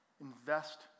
invest